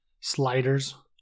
Sliders